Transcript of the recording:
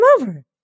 over